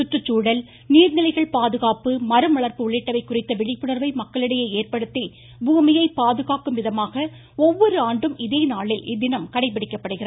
சுற்றுச்சூழல் நீர்நிலைகள் பாதுகாப்பு மரம் வளர்ப்பு உள்ளிட்டவை குறித்த விழிப்புணா்வை மக்களிடையே ஏற்படுத்தி பூமியை பாதுகாக்கும் விதமாக ஒவ்வொரு ஆண்டும் இதே நாளில் இத்தினம் கடைபிடிக்கப்படுகிறது